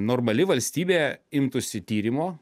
normali valstybė imtųsi tyrimo